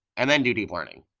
and then do deep learning.